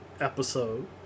episode